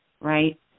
right